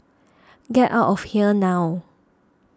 get out of here now